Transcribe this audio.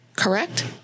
Correct